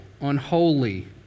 unholy